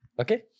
okay